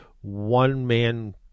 one-man